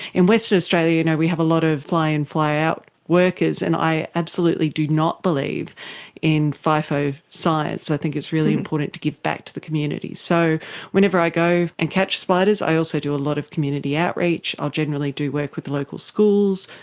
in western australia you know we have a lot of fly in, fly out workers, and i absolutely do not believe in fifo science, i think it's really important to give back to the community. so whenever i go and catch spiders i also do a lot of community outreach. i'll generally do work with the local schools,